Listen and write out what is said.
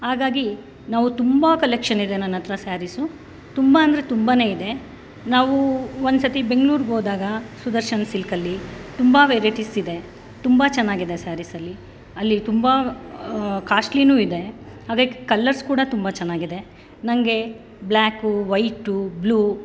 ಹಾಗಾಗಿ ನಾವು ತುಂಬ ಕಲೆಕ್ಷನ್ನಿದೆ ನನ್ನ ಹತ್ರ ಸ್ಯಾರೀಸು ತುಂಬ ಅಂದರೆ ತುಂಬನೇ ಇದೆ ನಾವು ಒಂದ್ಸರ್ತಿ ಬೆಂಗ್ಳೂರಿಗೋದಾಗ ಸುದರ್ಶನ್ ಸಿಲ್ಕಲ್ಲಿ ತುಂಬ ವೆರೈಟೀಸಿದೆ ತುಂಬ ಚೆನ್ನಾಗಿದೆ ಸ್ಯಾರೀಸ್ ಅಲ್ಲಿ ಅಲ್ಲಿ ತುಂಬ ಕಾಸ್ಟ್ಲಿನೂ ಇದೆ ಹಾಗೆ ಕಲ್ಲರ್ಸ್ ಕೂಡ ತುಂಬ ಚೆನ್ನಾಗಿದೆ ನನಗೆ ಬ್ಲ್ಯಾಕು ವೈಟು ಬ್ಲೂ